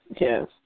yes